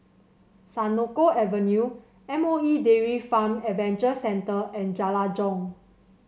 Senoko Avenue M O E Dairy Farm Adventure Centre and Jalan Jong